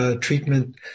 treatment